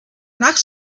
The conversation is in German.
nach